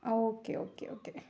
ആ okay okay okay